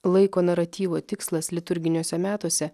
laiko naratyvo tikslas liturginiuose metuose